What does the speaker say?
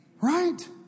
Right